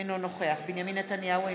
אינו נוכח בנימין נתניהו,